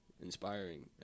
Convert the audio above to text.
inspiring